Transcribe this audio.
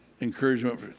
encouragement